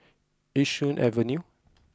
Yishun Avenue